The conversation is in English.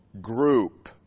group